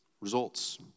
results